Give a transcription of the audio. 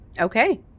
Okay